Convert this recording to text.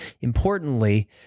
importantly